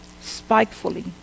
spitefully